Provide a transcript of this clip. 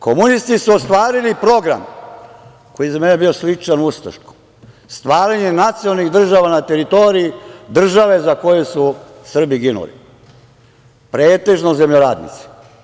Komunisti su ostvarili program koji je za mene bio sličan ustaškom - stvaranje nacionalnih država na teritoriji države za koju su Srbi ginuli, pretežno zemljoradnici.